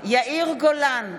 יאיר גולן,